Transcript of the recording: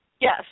Yes